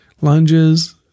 lunges